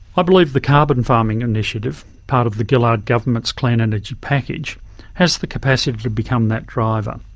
i believe the carbon farming initiative part of the gillard government's clean energy package has the capacity to become that driver.